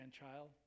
grandchild